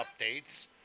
updates